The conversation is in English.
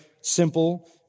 simple